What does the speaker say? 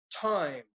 time